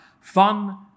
Fun